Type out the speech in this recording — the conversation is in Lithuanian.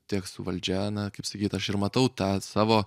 tiek su valdžia na kaip sakyt aš ir matau tą savo